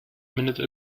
minute